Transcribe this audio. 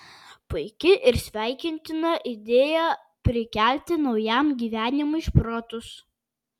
puiki ir sveikintina idėja prikelti naujam gyvenimui šprotus